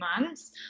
months